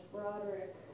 Broderick